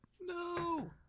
No